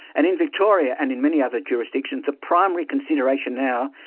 and in victoria and in many other jurisdictions the primary consideration now,